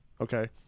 Okay